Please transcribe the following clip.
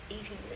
eating